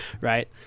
right